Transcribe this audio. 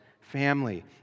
family